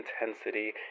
intensity